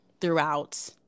throughout